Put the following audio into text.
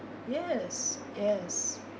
yes yes